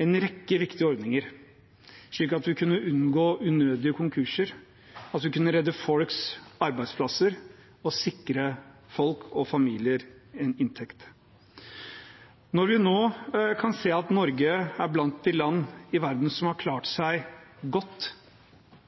en rekke viktige ordninger, slik at vi kunne unngå unødige konkurser, redde folks arbeidsplasser og sikre folk og familier en inntekt. Når vi nå kan se at Norge er blant de land i verden som har klart seg godt